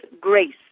grace